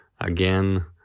again